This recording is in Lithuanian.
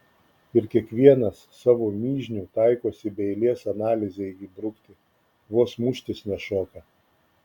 ir kiekvienas savo mižnių taikosi be eilės analizei įbrukti vos muštis nešoka